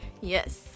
Yes